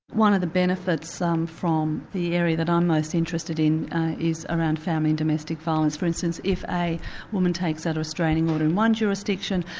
one of the benefits um from the area that i'm most interested in is around family domestic violence. for instance, if a woman takes out a restraining order in one jurisdiction,